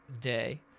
day